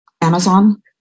Amazon